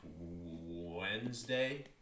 Wednesday